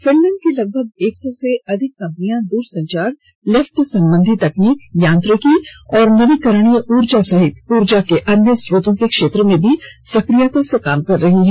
Finland की लगभग एक सौ से अधिक कंपनियां दूर संचार लिफ्ट संबंधी तकनीक यांत्रिकी तथा नवीकरणीय ऊर्जा सहित ऊर्जा के अन्य स्रोतों के क्षेत्रों में भी सक्रियता से काम कर रही हैं